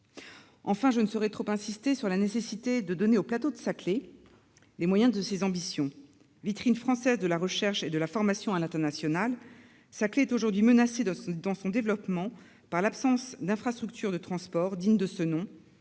Enfin, je ne saurais trop insister sur la nécessité de donner au plateau de Saclay les moyens de ses ambitions. Vitrine française de la recherche et de la formation à l'international, le projet du plateau de Saclay est aujourd'hui menacé dans son développement par l'absence d'infrastructures de transport dignes de ce nom.